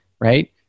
right